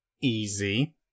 easy